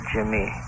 Jimmy